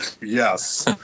Yes